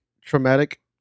traumatic